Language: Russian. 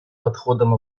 подходом